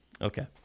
Okay